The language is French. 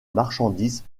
marchandises